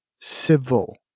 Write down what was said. Civil